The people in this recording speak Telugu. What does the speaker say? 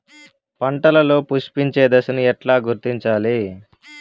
పంటలలో పుష్పించే దశను ఎట్లా గుర్తించాలి?